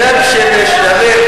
העניין של לשלם,